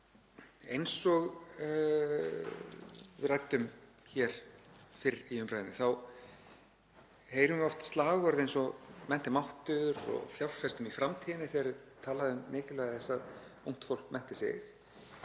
Eins og við ræddum fyrr í umræðunni þá heyrum við oft slagorð eins og mennt er máttur og fjárfestum í framtíðinni, þegar er talað um mikilvægi þess að ungt fólk mennti sig,